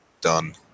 done